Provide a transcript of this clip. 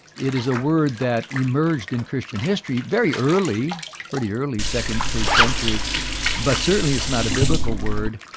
it is a word that emerged in christian history very early pretty early second, third century but certainly it's not a biblical word.